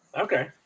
Okay